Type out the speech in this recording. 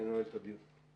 אני נועל את הדיון.